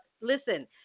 listen